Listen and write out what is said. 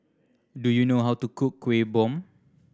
do you know how to cook Kuih Bom